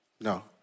No